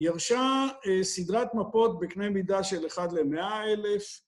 ירשה סדרת מפות בקנה מידה של אחד למאה אלף.